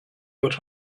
wird